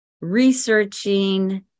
researching